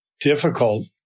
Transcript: difficult